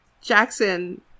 Jackson